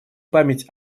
память